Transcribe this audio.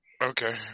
Okay